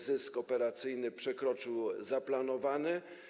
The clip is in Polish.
Zysk operacyjny przekroczył zaplanowany.